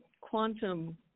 quantum